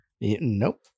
Nope